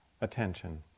attention